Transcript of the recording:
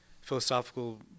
philosophical